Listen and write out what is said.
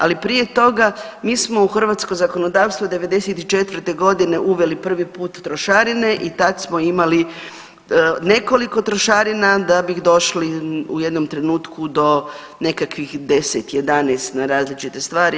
Ali prije toga mi smo u hrvatsko zakonodavstvo '94. godine uveli prvi put trošarine i tad smo imali nekoliko trošarina, da bi došli u jednom trenutku do nekakvih 10, 11 na različite stvari.